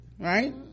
right